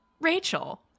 Rachel